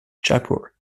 jaipur